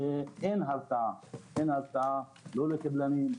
אין הרתעה לא לקבלנים,